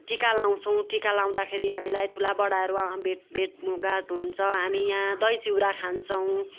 टिका लगाउँछौँ टिका लगाउँदाखेरि हामीलाई ठुलाबडाहरू अ भेट भेट भेटघाट हुन्छ हामी यहाँ दही चिउरा खान्छौँ